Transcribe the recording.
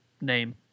name